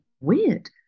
weird